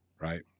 Right